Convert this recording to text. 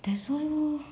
that's why lor